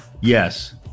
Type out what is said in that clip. Yes